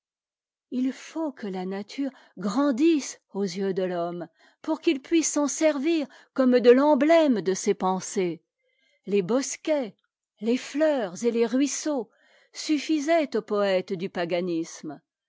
il faut que la nature grandisse aux yeux de l'homme pour qu'il puisse s'en servir comme de l'emblème de ses pensées les bosquets es fleurs et les ruisseaux suffisaient aux poëtes du paganisme